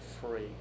free